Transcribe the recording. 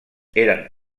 eren